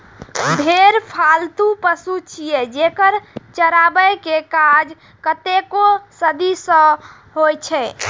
भेड़ पालतु पशु छियै, जेकरा चराबै के काज कतेको सदी सं होइ छै